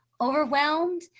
overwhelmed